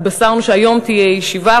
התבשרנו שהיום תהיה ישיבה,